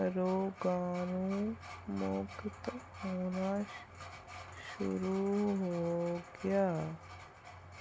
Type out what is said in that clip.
ਰੋਗਾਣੂ ਮੁਕਤ ਹੋਣਾ ਸ਼ੁਰੂ ਹੋ ਗਿਆ